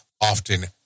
often